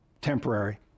temporary